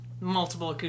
multiple